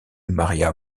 maria